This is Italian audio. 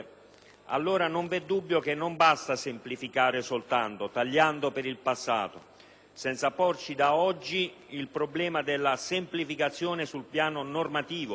migliore, non vi è dubbio che non basta semplificare soltanto, tagliando per il passato, senza porci da oggi il problema della semplificazione sul piano normativo,